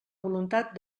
voluntat